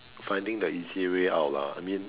finding the easy way out lah I mean